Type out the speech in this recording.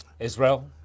Israel